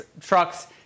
trucks